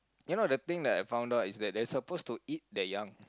ya loh the thing that I found out is that they're supposed to eat their young